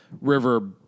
river